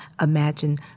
imagine